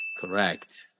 Correct